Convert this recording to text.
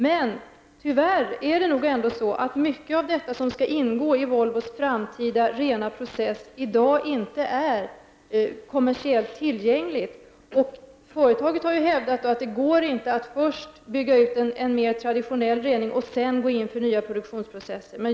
Men tyvärr är i dag mycket av det som skall ingå i Volvos framtida rena process inte kommersiellt tillgängligt. Företaget har hävdat att det inte går att först bygga ut en mer traditionell rening och sedan gå in för nya produktionsprocesser.